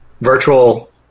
virtual